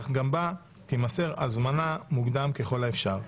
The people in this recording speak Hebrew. אך גם בה תימסר הזמנה מוקדם ככל האפשר.